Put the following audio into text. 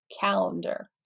calendar